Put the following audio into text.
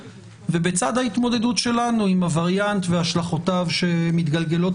ובצד ההתמודדות שלנו עם הווריאנט והשלכותיו שמתגלגלות